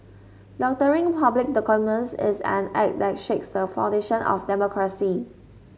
doctoring public documents is an act that shakes the foundation of democracy